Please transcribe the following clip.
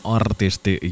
artisti